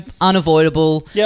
unavoidable